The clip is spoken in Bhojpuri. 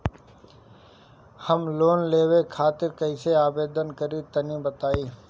हम लोन लेवे खातिर कइसे आवेदन करी तनि बताईं?